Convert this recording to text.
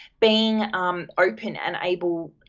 being um open and able,